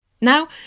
Now